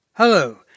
Hello